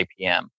IPM